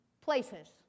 places